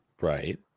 Right